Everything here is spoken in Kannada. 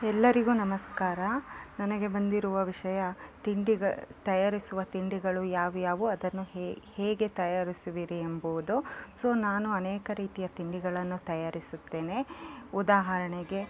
ಎಲ್ಲರಿಗು ನಮಸ್ಕಾರ ನನಗೆ ಬಂದಿರುವ ವಿಷಯ ತಿಂಡಿ ತಯಾರಿಸುವ ತಿಂಡಿಗಳು ಯಾವುಯಾವು ಅದನ್ನು ಹೇಗೆ ತಯಾರಿಸುವಿರಿ ಎಂಬುವುದು ಸೊ ನಾನು ಅನೇಕ ರೀತಿಯ ತಿಂಡಿಗಳನ್ನು ತಯಾರಿಸುತ್ತೇನೆ ಉದಾಹರಣೆಗೆ